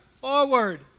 forward